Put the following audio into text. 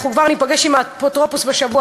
אנחנו ניפגש עם האפוטרופוס כבר בשבוע